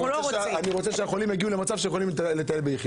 אנחנו רק מחפשים היום איך לתת לבתי החולים.